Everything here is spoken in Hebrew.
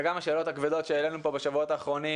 וגם השאלות הכבדות שהעלינו פה בשבועות האחרונות